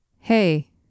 Hey